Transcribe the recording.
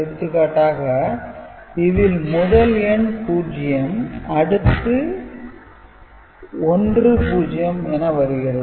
எடுத்துக்காட்டாக இதில் முதல் எண் 0 அடுத்து 10 என வருகிறது